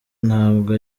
ntabwo